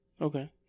Okay